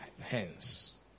hence